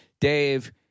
Dave